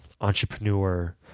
entrepreneur